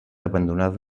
abandonada